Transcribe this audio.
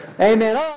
Amen